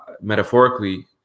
metaphorically